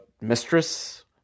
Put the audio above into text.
mistress